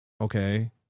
okay